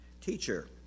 Teacher